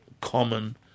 common